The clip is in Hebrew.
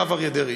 הרב אריה דרעי.